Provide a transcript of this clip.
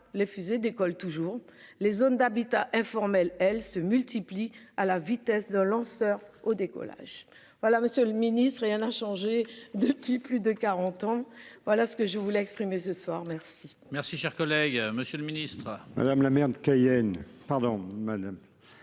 les fusées décollent toujours les zones d'habitat informel elle se multiplient à la vitesse d'un lanceur au décollage. Voilà monsieur le ministre et a changé de qui. Plus de 40 ans. Voilà ce que je voulais exprimer ce soir, merci.